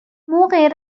موقع